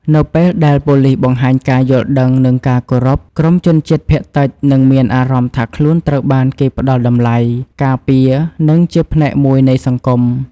នៅពេលដែលប៉ូលិសបង្ហាញការយល់ដឹង និងការគោរព ក្រុមជនជាតិភាគតិចនឹងមានអារម្មណ៍ថាខ្លួនត្រូវបានគេផ្តល់តម្លៃ ការពារ និងជាផ្នែកមួយនៃសង្គម។